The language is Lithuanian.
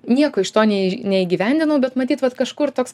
nieko iš to nei neįgyvendinau bet matyt vat kažkur toks